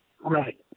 Right